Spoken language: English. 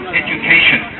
education